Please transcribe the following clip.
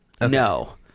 no